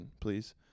please